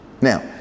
Now